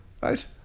right